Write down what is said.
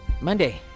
Monday